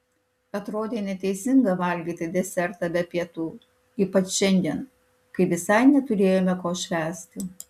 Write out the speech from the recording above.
atrodė neteisinga valgyti desertą be pietų ypač šiandien kai visai neturėjome ko švęsti